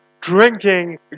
drinking